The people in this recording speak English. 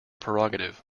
prerogative